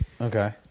Okay